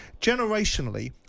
Generationally